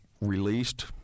released